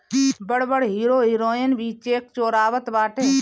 बड़ बड़ hero heroine भी कर चोरावत बाटे